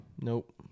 Nope